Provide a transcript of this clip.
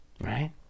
Right